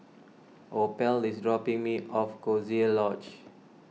Opal is dropping me off Coziee Lodge